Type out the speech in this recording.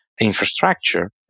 infrastructure